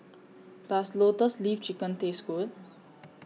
Does Lotus Leaf Chicken Taste Good